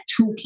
toolkit